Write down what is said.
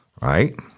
Right